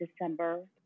December